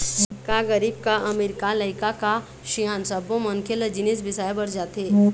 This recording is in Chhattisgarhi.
का गरीब का अमीर, का लइका का सियान सब्बो मनखे ल जिनिस बिसाए बर जाथे